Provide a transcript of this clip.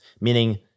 meaning